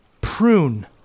prune